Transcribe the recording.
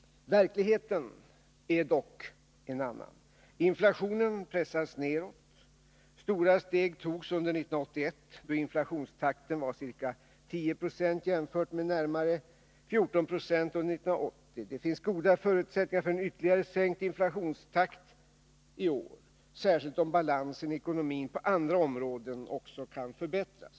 Verkligheten är dock en annan. Inflationen pressas nedåt. Stora steg togs under 1981 då inflationstakten var ca 10 70 jämfört med närmare 14 926 under 1980. Det finns goda förutsättningar för en ytterligare sänkt inflationstakt i år — särskilt om balansen i ekonomin på andra områden också kan förbättras.